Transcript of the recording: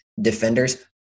defenders